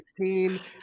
2016